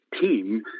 team